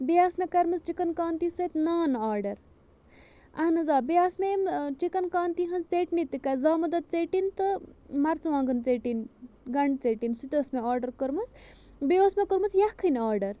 بیٚیہِ آسہٕ مےٚ کٔرمٕژ چِکَن کانتی سۭتۍ نان آرڈَر اَہَن حظ آ بیٚیہِ آسہٕ مےٚ أمۍ چِکَن کانتی ہٕنٛز ژیٚٹنہِ تہِ زامُت دۄد ژیٚٹِنۍ تہٕ مَرژٕوانٛگن ژیٚٹِنۍ گَنٛڈٕ ژیٚٹِنۍ سُہ تہِ ٲسۍ مےٚ آرڈَر کٔرمٕژ بیٚیہِ اوس مےٚ کوٚرمٕژ یَکھٕنۍ آرڈَر